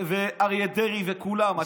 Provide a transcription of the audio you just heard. אריה דרעי וכולם.